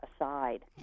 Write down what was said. aside